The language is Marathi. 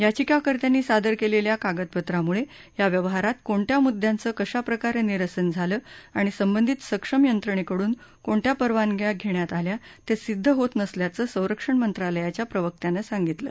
याचिकाकर्त्यांनी सादर केलेल्या कागदपत्रांमुळे या व्यवहारात कोणत्या मुद्यांचं कशा प्रकारे निरसन झालं आणि संबंधित सक्षम यंत्रणेकडून कोणत्या परवानग्या घेण्यात आल्या ते सिद्ध होत नसल्याचं संरक्षण मंत्रालयाच्या प्रवक्त्यानं सांगितलं